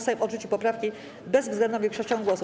Sejm odrzucił poprawki bezwzględną większością głosów.